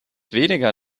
weniger